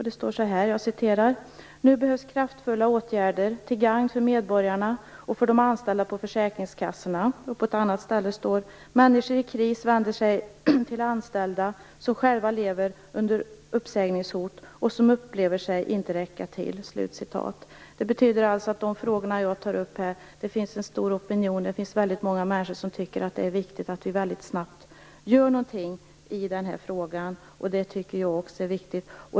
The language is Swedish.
Det står: Nu behövs kraftfulla åtgärder - till gagn för medborgarna och för de anställda på försäkringskassorna. På ett annat ställe står det: Människor i kris vänder sig till anställda som själva lever under uppsägningshot och som upplever sig inte räcka till. Det betyder alltså att det finns en stor opinion och många människor som tycker att det är viktigt att vi snabbt gör någonting i den här frågan. Det tycker jag också.